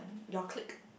your clique